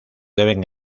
deben